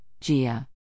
Gia